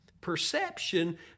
Perception